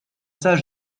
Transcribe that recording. sage